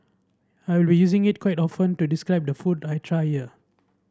I will be using it quite often to describe the food I try here